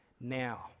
Now